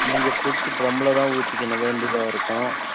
நீங்கள் பிடிச்சி ட்ரமில் தான் ஊற்றிக்க வேண்டியதாக இருக்கும்